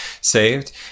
saved